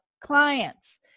clients